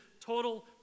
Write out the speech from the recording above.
total